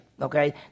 okay